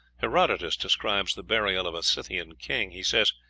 herodotus describes the burial of a scythian king he says,